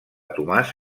tomàs